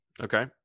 Okay